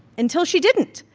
until she didn't.